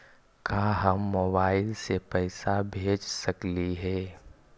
का हम मोबाईल से पैसा भेज सकली हे?